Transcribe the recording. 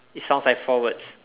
it sounds like four words